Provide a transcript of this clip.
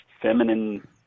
feminine